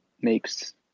makes